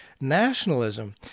nationalism